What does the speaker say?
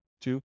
Two